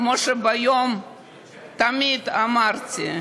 כמו שתמיד אמרתי,